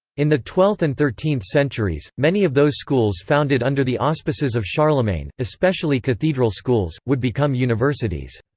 in the twelfth and thirteenth centuries, many of those schools founded under the auspices of charlemagne, especially cathedral schools, would become universities.